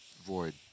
void